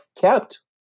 kept